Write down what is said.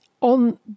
on